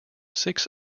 six